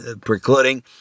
precluding